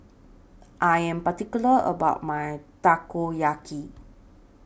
I Am particular about My Takoyaki